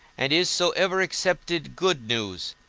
and is so ever accepted, good news